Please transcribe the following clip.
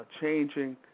changing